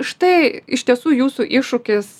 štai iš tiesų jūsų iššūkis